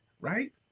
right